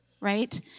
right